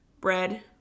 bread